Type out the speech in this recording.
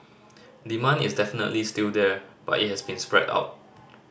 demand is definitely still there but it has been spread out